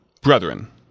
Brethren